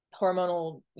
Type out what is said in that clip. hormonal